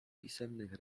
pisemnych